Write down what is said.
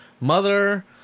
mother